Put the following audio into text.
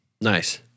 Nice